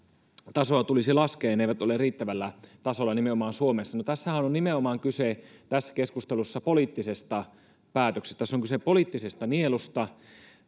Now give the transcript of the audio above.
tasoa tulisi laskea ja ne eivät ole riittävällä tasolla nimenomaan suomessa no tässä keskustelussahan on nimenomaan kyse poliittisesta päätöksestä tässä on kyse poliittisesta nielusta